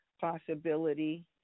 possibility